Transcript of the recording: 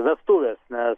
vestuvės nes